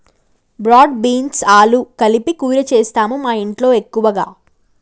broad beans ఆలు కలిపి కూర చేస్తాము మాఇంట్లో ఎక్కువగా